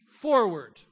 forward